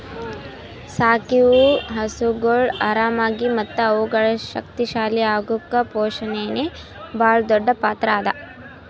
ಸಾಕಿವು ಹಸುಗೊಳ್ ಆರಾಮಾಗಿ ಮತ್ತ ಅವುಗಳು ಶಕ್ತಿ ಶಾಲಿ ಅಗುಕ್ ಪೋಷಣೆನೇ ಭಾಳ್ ದೊಡ್ಡ್ ಪಾತ್ರ ಅದಾ